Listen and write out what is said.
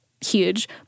huge